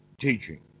teaching